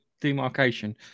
demarcation